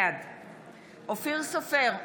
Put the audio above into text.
בעד אופיר סופר,